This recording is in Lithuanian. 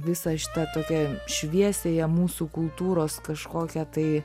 visą šitą tokią šviesiąją mūsų kultūros kažkokią tai